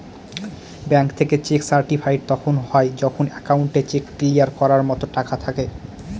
bank থেকে cheque certified তখন হয় যখন একাউন্টে চেক ক্লিয়ার করার মতো টাকা থাকে